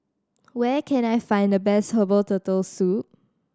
where can I find the best herbal Turtle Soup